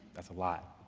that's a lot.